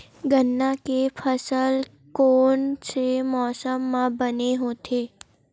गन्ना के फसल कोन से मौसम म बने होथे?